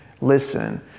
listen